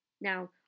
Now